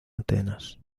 atenas